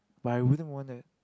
but I wouldn't want that